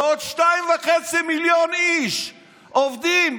ועוד שניים וחצי מיליון איש עובדים.